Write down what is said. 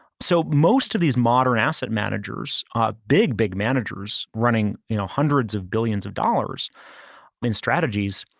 so most of these modern asset managers are big, big managers running you know hundreds of billions of dollars in strategies,